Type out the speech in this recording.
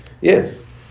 Yes